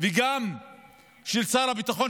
וגם של שר הביטחון.